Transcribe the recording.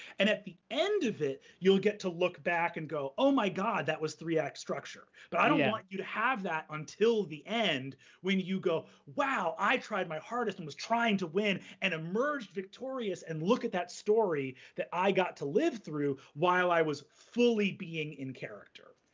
and at the end of it, you'll get to look back and go, oh, my god, that was three-act structure. but i don't want you to have that until the end when you go, wow, i tried my hardest and was trying to win and emerge victorious, and look at that story that i got to live through while i was fully being in character.